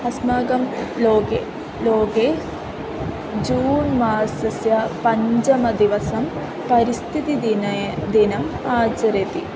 अस्माकं लोके लोके जून् मासस्य पञ्चमदिवसं परिस्थितिदिने दिनम् आचरति